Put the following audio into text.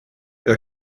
jag